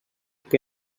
que